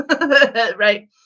Right